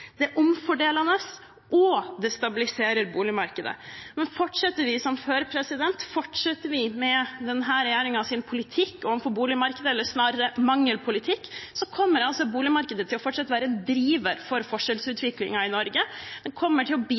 Det er omfordelende, og det stabiliserer boligmarkedet. Men fortsetter vi som før, fortsetter vi med denne regjeringens politikk for boligmarkedet – eller snarere deres mangel på politikk – kommer boligmarkedet til fortsatt å være en pådriver for forskjellsutviklingen i Norge. Det kommer til å